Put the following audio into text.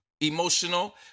emotional